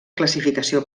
classificació